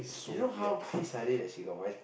you know how pissed are they that she got vice